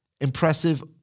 impressive